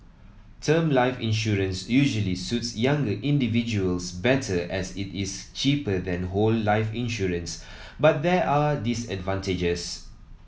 term life insurance usually suit younger individuals better as it is cheaper than whole life insurance but there are disadvantages